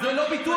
זה לא ביטוח.